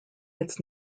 its